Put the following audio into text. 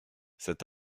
cet